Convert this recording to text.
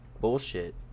bullshit